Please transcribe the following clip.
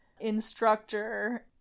instructor